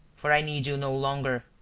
for i need you no longer.